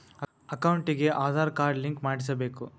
ಅಕೌಂಟಿಗೆ Aadhaar card link ಮಾಡಿಸಬೇಕು?